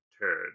turn